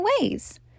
ways